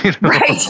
Right